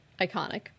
Iconic